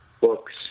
books